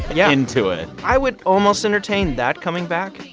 yeah into it i would almost entertain that coming back.